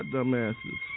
Dumbasses